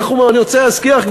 אני רוצה להזכיר לך,